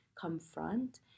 confront